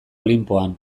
olinpoan